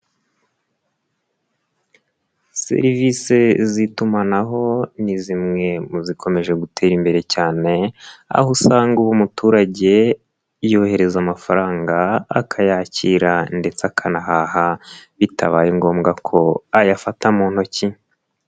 Serivisi z'itumanaho ni zimwe mu zikomeje gutera imbere cyane, aho usanga ubu umuturage yohereza amafaranga, akayakira, ndetse akanahaha, bitabaye ngombwa ko ayafata mu ntoki.